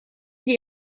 sie